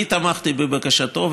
אני תמכתי בבקשתו.